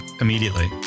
immediately